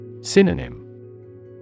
Synonym